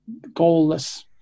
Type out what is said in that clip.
goalless